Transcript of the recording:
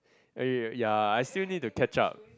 okay ya I still need to catch up